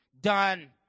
done